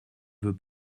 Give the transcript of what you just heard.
veut